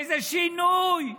איזה שינוי?